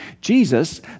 Jesus